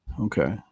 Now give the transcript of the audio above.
Okay